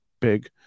big